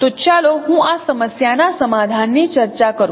તો ચાલો હું આ સમસ્યા ના સમાધાન ની ચર્ચા કરું